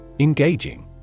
Engaging